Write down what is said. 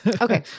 Okay